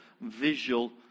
visual